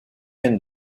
end